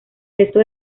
resto